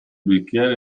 bicchiere